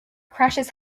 crashes